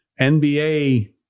NBA